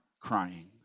crying